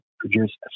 produce